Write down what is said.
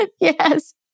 Yes